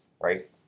Right